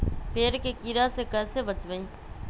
पेड़ के कीड़ा से कैसे बचबई?